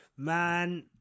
Man